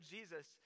Jesus